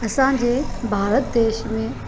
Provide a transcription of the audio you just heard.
असांजे भारत देश में